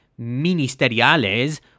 ministeriales